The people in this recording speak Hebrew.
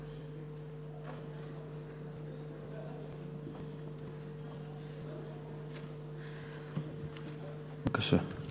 בבקשה.